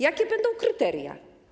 Jakie będą kryteria?